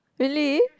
really